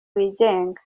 wigenga